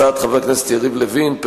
הצעת חבר הכנסת יריב לוין,